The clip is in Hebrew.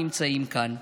נמצאים כאן.